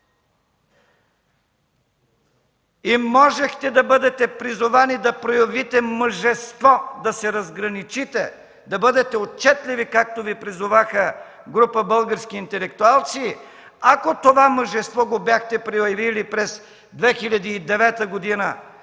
Можехте да бъдете призовани да проявите мъжество, да се разграничите, да бъдете отчетливи, както Ви призоваха група български интелектуалци, ако това мъжество го бяхте проявили през 2009 г.,